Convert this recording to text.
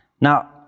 Now